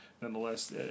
nonetheless